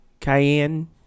Cayenne